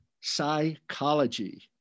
psychology